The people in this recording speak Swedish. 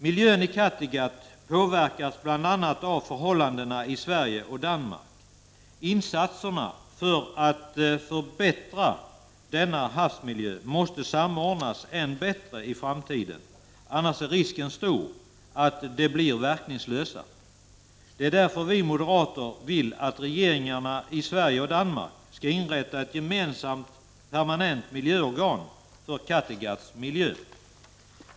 Miljön i Kattegatt påverkas bl.a. av förhållandena i Sverige och Danmark. Insatserna för att förbättra denna havsmiljö måste samordnas än bättre i framtiden. Annars är risken stor att de blir verkningslösa. Det är därför vi moderater vill att regeringarna i Sverige och Danmark skall inrätta ett gemensamt permanent miljöorgan för Kattegatts miljö.